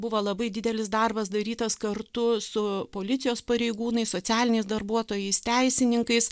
buvo labai didelis darbas darytas kartu su policijos pareigūnais socialiniais darbuotojais teisininkais